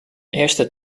eerste